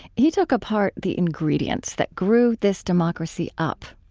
he took apart the ingredients that grew this democracy up.